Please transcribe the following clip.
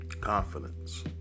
confidence